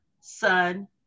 Son